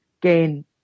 gain